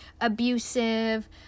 abusive